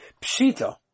Pshita